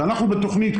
בתוכנית,